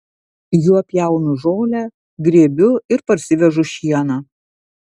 juo pjaunu žolę grėbiu ir parsivežu šieną